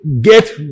Get